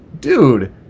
dude